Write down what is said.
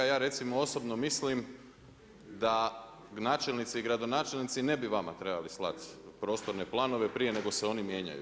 Ja recimo osobno mislim da načelnici i gradonačelnici ne bi vama trebali slati prostorne planove prije nego se oni mijenjaju.